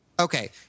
Okay